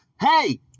Hey